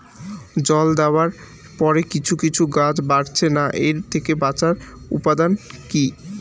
জল দেওয়ার পরে কিছু কিছু গাছ বাড়ছে না এর থেকে বাঁচার উপাদান কী?